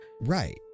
Right